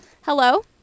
Hello